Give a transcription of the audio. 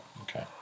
Okay